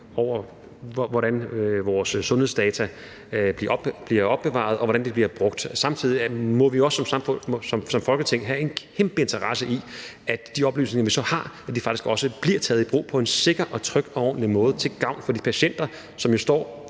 over, hvordan vores sundhedsdata bliver opbevaret, og hvordan de bliver brugt. Samtidig må vi også som Folketing have en kæmpe interesse i, at de oplysninger, vi så har, faktisk også bliver taget i brug på en sikker og tryg og ordentlig måde til gavn for de patienter, som jo ofte